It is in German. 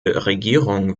regierung